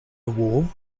war